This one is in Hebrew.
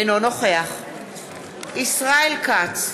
אינו נוכח ישראל כץ,